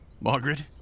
Margaret